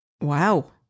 Wow